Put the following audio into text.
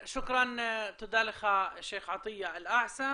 תודה לך, שייח' עטיאה אל אסא.